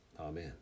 Amen